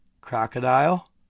crocodile